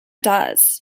does